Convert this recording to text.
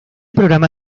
programa